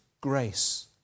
grace